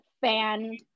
fan